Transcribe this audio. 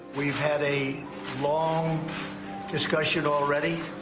we've had a long discussion already,